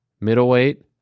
middleweight